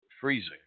freezing